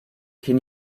can